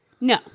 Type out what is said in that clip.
No